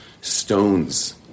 stones